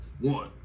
one